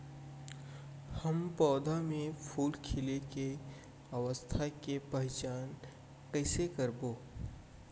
हम पौधा मे फूल खिले के अवस्था के पहिचान कईसे करबो